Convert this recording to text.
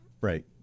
Right